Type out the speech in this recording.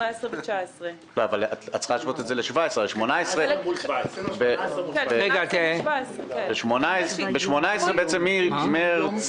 2017-2018. את צריכה להשוות את זה לשנת 2017. בעצם מחודש מרץ